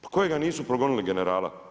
Pa kojega nisu progonili generala?